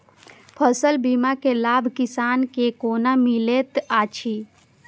फसल बीमा के लाभ किसान के कोना मिलेत अछि?